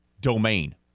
Domain